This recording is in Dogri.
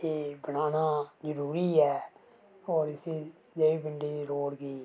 एह् बनाना जरूरी ऐ और इस्सी दानी पिण्डी रोड़ गी